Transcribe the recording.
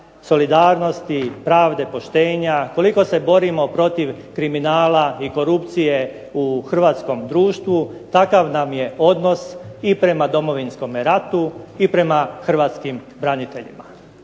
solidarnosti, pravde, poštenja, koliko se borimo protiv kriminala i korupcije u hrvatskom društvu, takav nam je odnos i prema Domovinskome ratu i prema hrvatskim braniteljima.